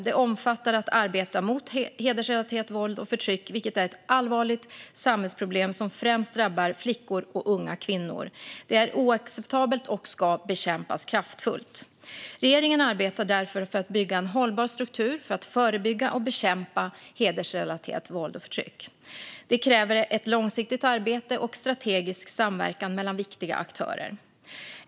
Det omfattar att arbeta mot hedersrelaterat våld och förtryck, vilket är ett allvarligt samhällsproblem som främst drabbar flickor och unga kvinnor. Det är oacceptabelt och ska bekämpas kraftfullt. Regeringen arbetar därför för att bygga en hållbar struktur för att förebygga och bekämpa hedersrelaterat våld och förtryck. Det kräver ett långsiktigt arbete och strategisk samverkan mellan viktiga aktörer.